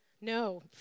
No